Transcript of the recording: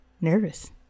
nervous